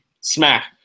Smack